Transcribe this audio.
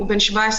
הוא בן 17.5,